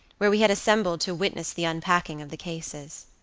where we had assembled to witness the unpacking of the cases.